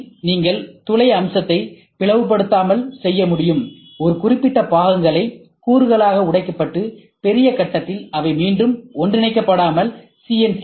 எம்மில் நீங்கள் துளை அம்சத்தை பிளவுபடுத்தாமல் செய்ய முடியும் ஒரு குறிப்பிட்ட பாகங்களை கூறுகளாக உடைக்கப்பட்டு பெரிய கட்டத்தில் அவற்றை மீண்டும் ஒன்றிணைக்கபடாமல் சி